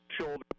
shoulder